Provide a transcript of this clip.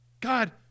God